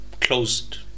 closed